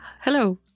hello